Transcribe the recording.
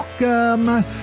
welcome